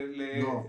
לא.